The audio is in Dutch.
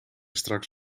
straks